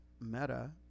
Meta